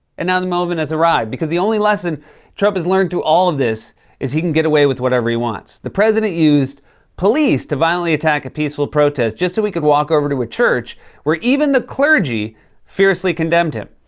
and now the moment has arrived. because the only lesson trump has learned through all of this is he can get away with whatever he wants. the president used police to violently attack a peaceful protest just so he could walk over to a church where even the clergy fiercely condemned him.